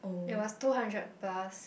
it was two hundred plus